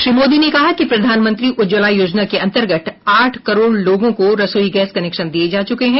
श्री मोदी ने कहा कि प्रधानमंत्री उज्जवला योजना के अंतर्गत आठ करोड़ लोगों को रसोई गैस कनेक्शन दिए जा चुके हैं